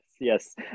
Yes